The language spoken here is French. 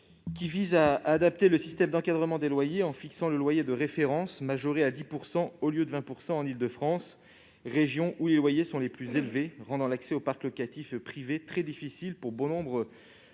vise à adapter le système d'encadrement des loyers en fixant le loyer de référence majoré à 10 % au lieu de 20 % en Île-de-France, région où les loyers sont les plus élevés, ce qui rend l'accès au parc locatif privé très difficile pour de nombreux ménages.